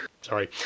sorry